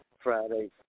Friday